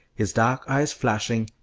his dark eyes flashing,